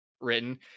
written